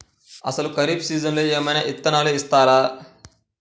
అసలు ఖరీఫ్ సీజన్లో ఏమయినా విత్తనాలు ఇస్తారా?